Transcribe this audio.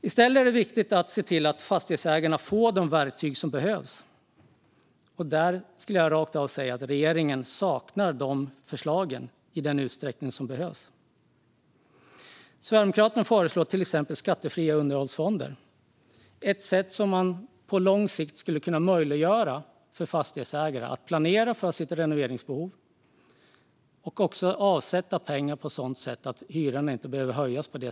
I stället är det viktigt att se till att fastighetsägarna får de verktyg som behövs. Där saknar regeringen de förslag som behövs. Sverigedemokraterna föreslår till exempel skattefria underhållsfonder. Det är ett sätt att på lång sikt göra det möjligt för fastighetsägare att planera för sitt renoveringsbehov och avsätta pengar på sådant sätt att hyran inte behöver höjas.